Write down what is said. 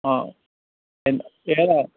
ആ എന്ത് ഏതാണ്